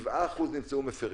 7% מה-500 נמצאו מפרים.